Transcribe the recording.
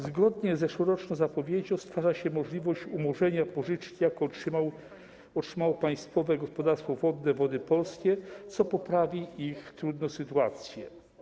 Zgodnie z zeszłoroczną zapowiedzią stwarza się możliwość umorzenia pożyczki, jaką otrzymało Państwowe Gospodarstwo Wodne Wody Polskie, co poprawi ich trudną sytuację.